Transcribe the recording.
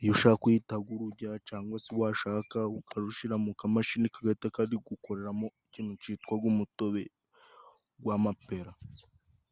iyo ushaka guhita urujya, cangwa se washaka ukarushira mu kamashini kagahita garugukoreramo ikintu citwa umutobe w'amapera.